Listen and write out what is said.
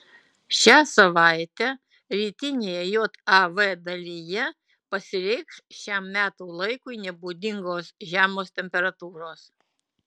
šią savaitę rytinėje jav dalyje pasireikš šiam metų laikui nebūdingos žemos temperatūros